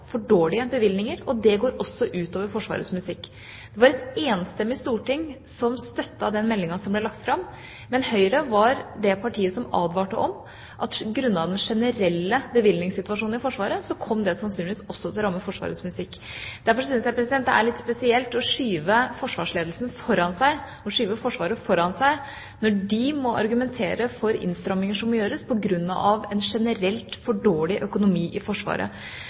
for dårlige bevilgninger, og det går også ut over Forsvarets musikk. Det var et enstemmig storting som støttet den meldinga som ble lagt fram. Men Høyre var det partiet som advarte om at grunnet den generelle bevilgningssituasjonen i Forsvaret kom det sannsynligvis også til å ramme Forsvarets musikk. Derfor syns jeg det er litt spesielt å skyve forsvarsledelsen og Forsvaret foran seg når de må argumentere for innstramninger som må gjøres på grunn av generelt for dårlig økonomi i Forsvaret.